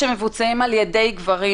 להחמיר בדברים האלה.